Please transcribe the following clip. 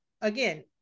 again